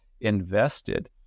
invested